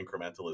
incrementalism